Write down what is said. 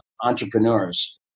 entrepreneurs